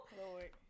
Lord